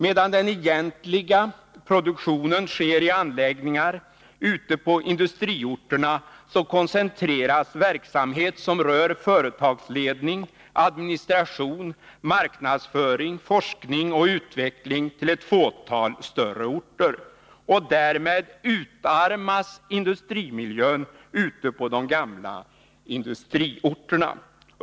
Medan den egentliga produktionen sker i anläggningar ute på industriorterna, koncentreras verksamhet som rör företagsledning, administration, marknadsföring, forskning och utveckling till ett fåtal större orter. Därmed utarmas industrimiljön ute på de gamla industriorterna.